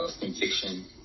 conviction